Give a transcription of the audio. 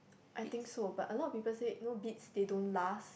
I think so but a lot of people said no beats they don't last